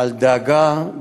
על דאגה,